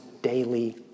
Daily